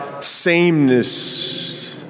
Sameness